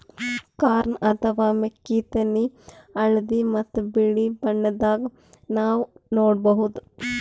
corn ಅಥವಾ ಮೆಕ್ಕಿತೆನಿ ಹಳ್ದಿ ಮತ್ತ್ ಬಿಳಿ ಬಣ್ಣದಾಗ್ ನಾವ್ ನೋಡಬಹುದ್